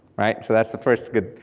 right, so that's the first good,